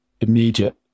immediate